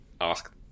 Ask